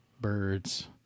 birds